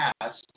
asked